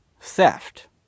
theft